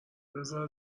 بذار